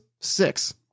Six